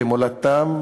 במולדתם,